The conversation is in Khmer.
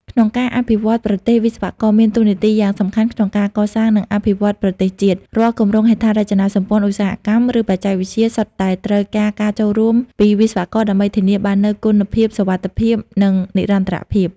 ក្នុងការអភិវឌ្ឍន៍ប្រទេសវិស្វករ មានតួនាទីយ៉ាងសំខាន់ក្នុងការកសាង និងអភិវឌ្ឍប្រទេសជាតិ រាល់គម្រោងហេដ្ឋារចនាសម្ព័ន្ធឧស្សាហកម្ម ឬបច្ចេកវិទ្យាសុទ្ធតែត្រូវការការចូលរួមពីវិស្វករដើម្បីធានាបាននូវគុណភាពសុវត្ថិភាព និងនិរន្តរភាព។